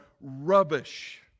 rubbish